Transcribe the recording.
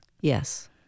Yes